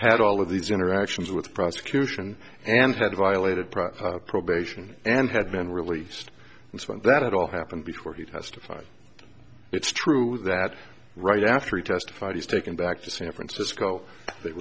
had all of these interactions with the prosecution and had violated prior probation and had been released that it all happened before he testified it's true that right after he testified he's taken back to san francisco they